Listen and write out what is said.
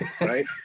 Right